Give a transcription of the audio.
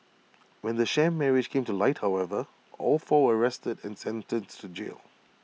when the sham marriage came to light however all four were arrested and sentenced to jail